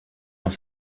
dans